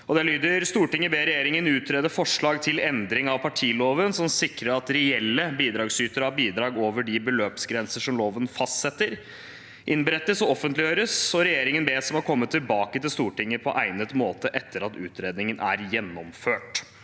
«Stortinget ber regjeringen utrede forslag til endring av partiloven som sikrer at reelle bidragsytere av bidrag over de beløpsgrenser som loven fastsetter, innberettes og offentliggjøres. Regjeringen bes om å komme tilbake til Stortinget på egnet måte etter at utredningen er gjennomført.»